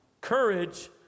Courage